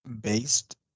based